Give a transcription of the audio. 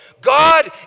God